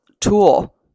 tool